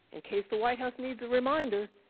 in case the white house needs a reminder,